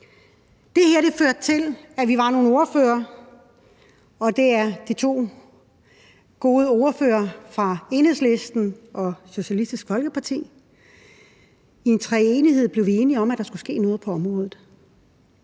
Det her førte til, at jeg og nogle ordførere – og det er de to gode ordførere for henholdsvis Enhedslisten og Socialistisk Folkeparti – i treenighed mente, at der skulle ske noget på området.